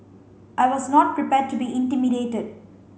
I was not prepared to be intimidated